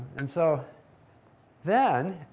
and so then,